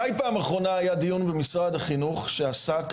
מתי בפעם האחרונה היה דיון במשרד החינוך שעסק